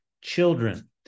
children